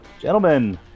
Gentlemen